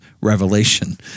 revelation